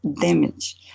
damage